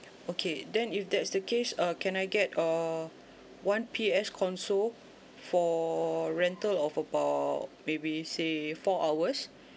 okay then if that's the case uh can I get err one P_S console for rental of about maybe let say four hours